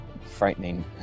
frightening